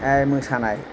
मोसानाय